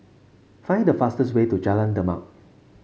find the fastest way to Jalan Demak